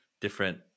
different